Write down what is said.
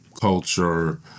culture